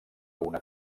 una